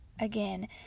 Again